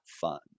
fun